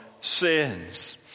sins